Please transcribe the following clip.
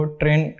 train